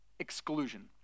exclusion